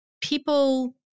people